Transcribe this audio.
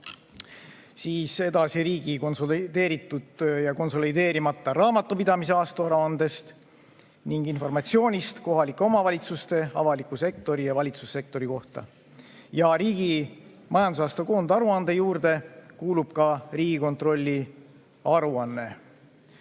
edasi riigi konsolideeritud ja konsolideerimata raamatupidamise aastaaruandest ning informatsioonist kohalike omavalitsuste, avaliku sektori ja valitsussektori kohta. Ja riigi majandusaasta koondaruande juurde kuulub ka Riigikontrolli aruanne.